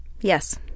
Yes